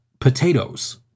potatoes